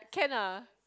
can ah